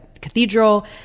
cathedral